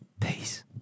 Peace